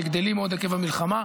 שגדלים מאוד עקב המלחמה.